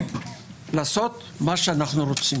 לעשות מה שאנו רוצים.